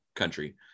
country